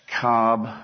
Cobb